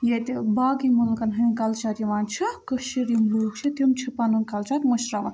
ییٚتہِ باقٕے مُلکَن ہنٛدۍ کَلچَر یِوان چھِ کٔشیٖر یِم لوٗکھ چھِ تِم چھِ پَنُن کَلچَر مٔشراوان